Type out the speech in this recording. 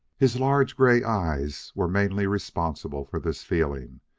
his large gray eyes were mainly responsible for this feeling,